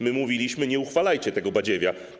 My mówiliśmy: nie uchwalajcie tego badziewia.